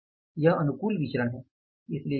यह अनुकूल विचरण है